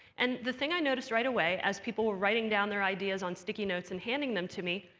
and the thing i noticed right away, as people were writing down their ideas on sticky notes and handing them to me,